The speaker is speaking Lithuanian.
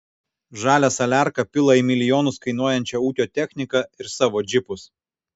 žalią saliarką pila į milijonus kainuojančią ūkio techniką ir savo džipus